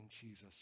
Jesus